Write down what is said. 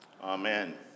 Amen